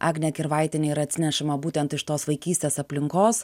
agne kirvaitiene yra atsinešama būtent iš tos vaikystės aplinkos